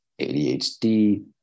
ADHD